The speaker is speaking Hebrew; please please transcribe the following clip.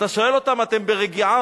אתם ברגיעה?